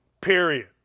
Period